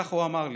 כך הוא אמר לי,